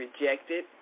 rejected